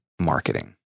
marketing